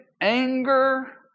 anger